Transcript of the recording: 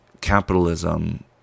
capitalism